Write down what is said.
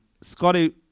Scotty